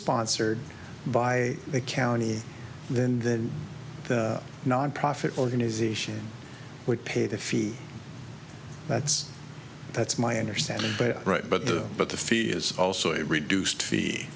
sponsored by the county then then non profit organization would pay the fee that's that's my understanding right but the but the fee is also a reduced fee